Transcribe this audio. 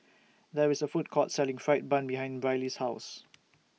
There IS A Food Court Selling Fried Bun behind Brylee's House